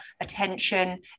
attention